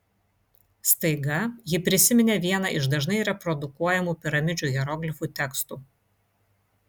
staiga ji prisiminė vieną iš dažnai reprodukuojamų piramidžių hieroglifų tekstų